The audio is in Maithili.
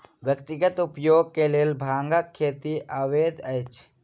व्यक्तिगत उपयोग के लेल भांगक खेती अवैध अछि